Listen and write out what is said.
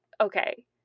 okay